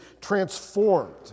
transformed